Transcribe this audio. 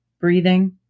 breathing